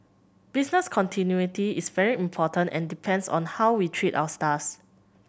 business continuity is very important and depends on how we treat our starts